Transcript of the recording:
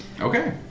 Okay